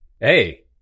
Hey